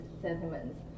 sentiments